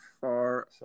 far